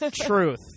Truth